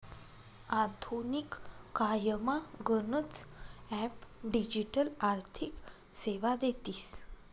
आधुनिक कायमा गनच ॲप डिजिटल आर्थिक सेवा देतीस